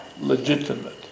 legitimate